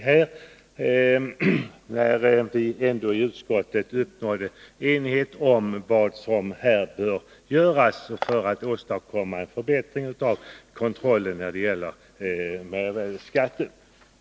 Vi uppnådde enighet i utskottet om vad som bör göras för att åstadkomma en förbättring av kontrollen när det gäller mervärdeskatt.